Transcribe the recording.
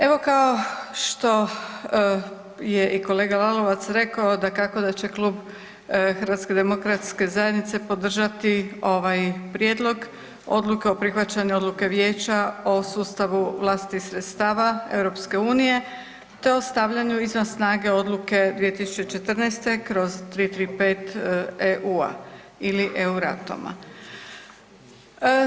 Evo kao što je i kolega Lalovac rekao dakako da će klub HDZ-a podržati ovaj Prijedlog odluke o prihvaćanju Odluke Vijeća o sustavu vlastitih sredstava EU te ostavljanju izvan snage oduke 2014/335 EU-a ili EURATOM-a.